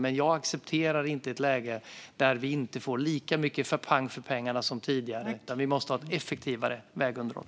Men jag accepterar inte ett läge där vi inte får lika mycket pang för pengarna som tidigare. Vi måste ha ett effektivare vägunderhåll.